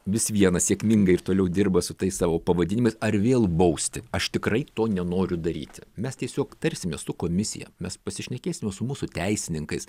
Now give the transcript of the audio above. vis viena sėkmingai ir toliau dirba su tais savo pavadinimais ar vėl bausti aš tikrai to nenoriu daryti mes tiesiog tarsimės su komisija mes pasišnekėsime su mūsų teisininkais